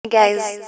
Guys